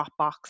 Dropbox